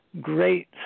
great